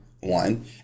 one